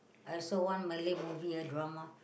I saw one Malay movie ah drama